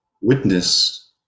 witness